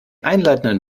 einleitenden